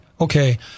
okay